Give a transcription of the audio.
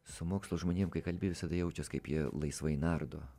su mokslo žmonėm kai kalbi visada jaučias kaip jie laisvai nardo